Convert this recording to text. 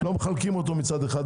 לא מחלקים אותו מצד אחד,